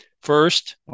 First